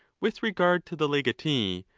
with regard to the legatee,